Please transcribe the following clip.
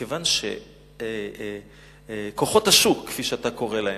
כיוון שכוחות השוק, כפי שאתה קורא להם,